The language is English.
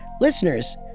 Listeners